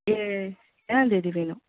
ஏ ஏழாந்தேதி வேணும்